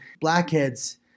blackheads